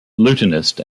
lutenist